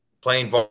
playing